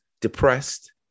depressed